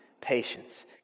patience